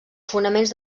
fonaments